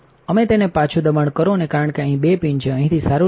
તમે તેને પાછું દબાણ કરોકારણ કે અહીં બે પિન છે અહીંથી સારું લાગે છે